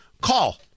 call